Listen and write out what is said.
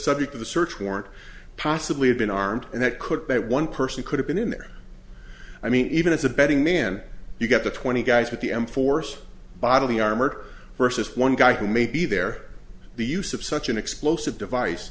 subject of the search warrant possibly have been armed and that could that one person could have been in there i mean even as a betting man you've got the twenty guys with the m force bottle the armor versus one guy who may be there the use of such an explosive device